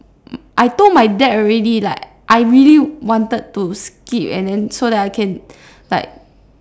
I told my dad already like I really wanted to skip and then so that I can like